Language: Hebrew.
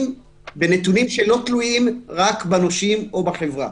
בנתונים שלא תלויים רק בנושים או בחברה.